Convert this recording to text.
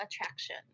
attraction